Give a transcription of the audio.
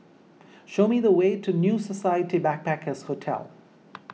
show me the way to New Society Backpackers' Hotel